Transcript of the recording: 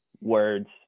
words